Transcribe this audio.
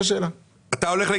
לא.